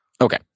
Okay